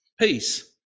peace